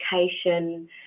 education